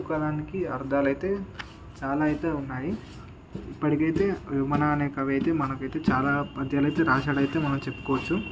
ఒక్కొక్క దానికి అర్థాలైతే చాలా అయితే ఉన్నాయి ఇప్పటికైతే వేమన అనే కవి అయితే మనకైతే చాలా పద్యాలు అయితే వ్రాసాడైతే మనం చెప్పుకోవచ్చు